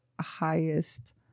highest